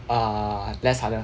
err less harder